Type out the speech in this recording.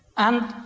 and